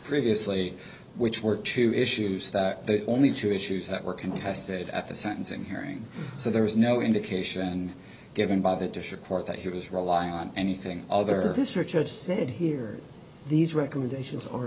previously which were two issues that the only two issues that were contested at the sentencing hearing so there was no indication given by the dish or court that he was relying on anything other this richard just said here these recommendations or